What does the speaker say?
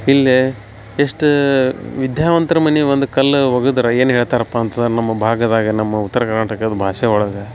ಇಲ್ಲಿ ಎಷ್ಟು ವಿದ್ಯಾವಂತ್ರ ಮನೆ ಒಂದು ಕಲ್ಲು ಒಗದ್ರೆ ಏನು ಹೇಳ್ತಾರಪ್ಪ ಅಂತಂದ್ರೆ ನಮ್ಮ ಭಾಗದಾಗ ನಮ್ಮ ಉತ್ತರ ಕರ್ನಾಟಕದ ಭಾಷೆ ಒಳಗೆ